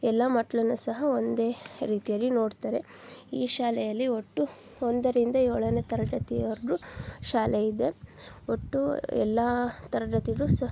ಎಲ್ಲ ಮಕ್ಕಳನ್ನು ಸಹ ಒಂದೇ ರೀತಿಯಲ್ಲಿ ನೋಡ್ತಾರೆ ಈ ಶಾಲೆಯಲ್ಲಿ ಒಟ್ಟು ಒಂದರಿಂದ ಏಳನೇ ತರಗತಿವರೆಗೂ ಶಾಲೆ ಇದೆ ಒಟ್ಟು ಎಲ್ಲ ತರಗತಿಲೂ ಸ